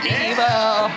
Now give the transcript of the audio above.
evil